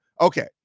okay